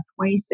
$26